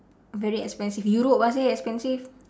very expensive europe ah seh expensive